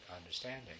understanding